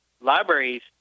libraries